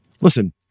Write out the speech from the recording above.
Listen